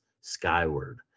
skyward